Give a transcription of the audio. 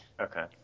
Okay